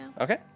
Okay